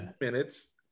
minutes